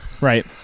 Right